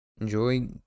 Enjoy